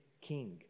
king